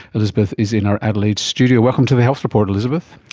elizabeth is in our adelaide studio. welcome to the health report elizabeth.